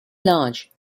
large